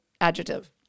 adjective